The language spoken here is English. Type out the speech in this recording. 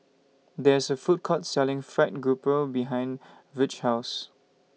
There IS A Food Court Selling Fried Grouper behind Virge's House